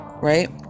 right